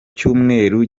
cyumweru